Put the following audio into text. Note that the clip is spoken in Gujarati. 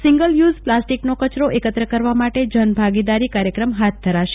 સિંગલ યુઝ પ્લાસ્ટિક નો કચરો એકત્ર કરવા માટે જનભાગીદારી કાર્યક્રમ હાથ ધરાશે